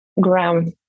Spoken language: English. gram